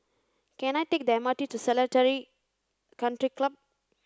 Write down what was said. can I take the M R T to Seletar Country Club